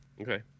Okay